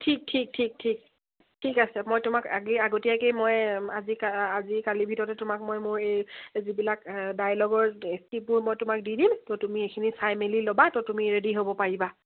ঠিক ঠিক ঠিক ঠিক ঠিক আছে মই তোমাক আগতীয়াকেই মই আজিকালিৰ ভিতৰতে তোমাক মই মোৰ এই যিবিলাক ডাইলগৰ মই তোমাক দি দিম ত' তুমি এইখিনি চাই মেলি ল'বা ত' তুমি ৰেডী হ'ব পাৰিবা